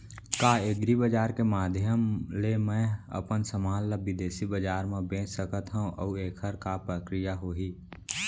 का एग्रीबजार के माधयम ले मैं अपन समान ला बिदेसी बजार मा बेच सकत हव अऊ एखर का प्रक्रिया होही?